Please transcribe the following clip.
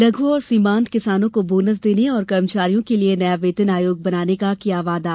लघ् और सीमान्त किसानों को बोनस देने और कर्मचारियों के लिए नया वेतन आयोग बनाने का किया वादा